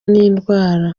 n’indwara